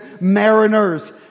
mariners